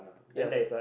ya